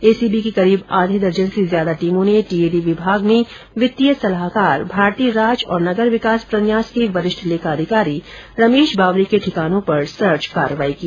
ACB की करीब आधे दर्जन से ज्यादा टीमों ने टीएडी विभाग में वित्तीय सलाहकार भारती राज और नगर विकास प्रन्यास के वरिष्ठ लेखाधिकारी रमेश बावरी के ठिकानों पर सर्च कार्यवाही की